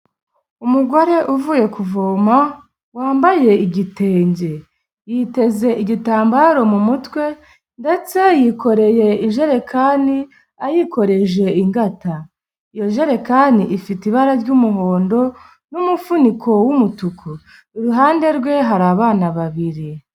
Umugore uvuye kuvoma wambaye igitenge, yiteze igitambaro mu mutwe ndetse yikoreye ijerekani ayikoresheje ingata, iyo jerekani ifite ibara ry'umuhondo n'umufuniko w'umutuku, iruhande rwe hari abana babiri.